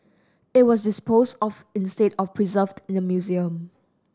it was disposed of instead of preserved in the museum